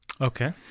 okay